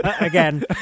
Again